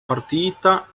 partita